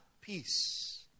peace